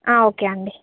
okay అండి